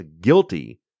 guilty